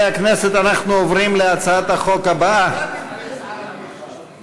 בהצעת החוק הצבענו בעד.